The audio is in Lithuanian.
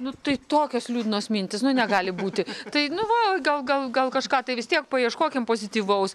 nu tai tokios liūdnos mintys nu negali būti tai nu va gal gal gal kažką tai vis tiek paieškokim pozityvaus